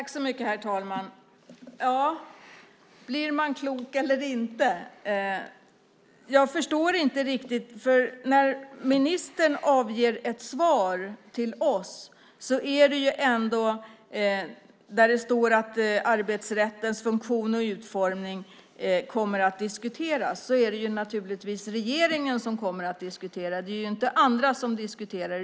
Herr talman! Blir man klok eller inte? Jag förstår inte detta riktigt. När ministern avger ett svar till oss där det står att arbetsrättens funktion och utformning kommer att diskuteras är det naturligtvis regeringen som kommer att diskutera. Det är inte andra som diskuterar.